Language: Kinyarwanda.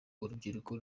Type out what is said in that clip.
urubyiruko